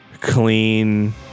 clean